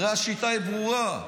הרי השיטה היא ברורה.